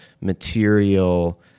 material